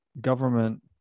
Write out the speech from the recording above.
government